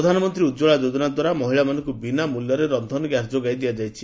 ପ୍ରଧାନମନ୍ତ୍ରୀ ଉଜ୍ଜଳା ଯୋଚ୍ଚନା ଦ୍ୱାରା ମହିଳାମାନଙ୍କୁ ବିନାମୂଲ୍ୟରେ ରନ୍ଧନ ଗ୍ୟାସ୍ ଯୋଗାଇ ଦିଆଯାଇଛି